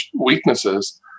weaknesses